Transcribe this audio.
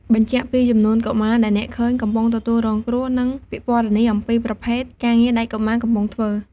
បញ្ជាក់ពីចំនួនកុមារដែលអ្នកឃើញកំពុងទទួលរងគ្រោះ និងពិពណ៌នាអំពីប្រភេទការងារដែលកុមារកំពុងធ្វើ។